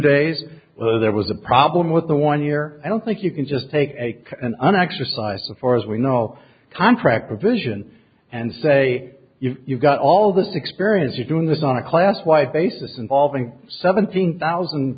days where there was a problem with the one year i don't think you can just take an exercise before as we know all contract provision and say you've got all this experience you're doing this on a class wide basis involving seventeen thousand